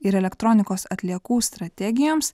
ir elektronikos atliekų strategijoms